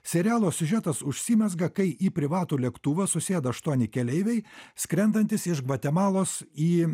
serialo siužetas užsimezga kai į privatų lėktuvą susėda aštuoni keleiviai skrendantys iš gvatemalos į